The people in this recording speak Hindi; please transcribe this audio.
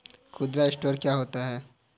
खुदरा स्टोर क्या होता है?